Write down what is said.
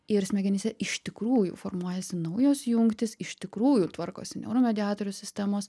ir smegenyse iš tikrųjų formuojasi naujos jungtys iš tikrųjų tvarkosi neuro mediatorių sistemos